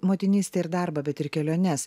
motinystę ir darbą bet ir keliones